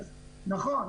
נכון.